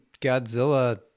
Godzilla